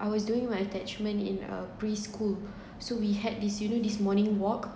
I was doing my attachment in a preschool so we had this you know this morning walk